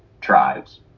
tribes